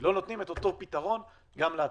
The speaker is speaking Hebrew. לא נותנים את אותו פתרון גם לעצמאי.